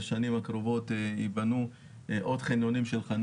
בשנים הקרובות ייבנו עוד חניונים של חנה